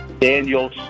Daniel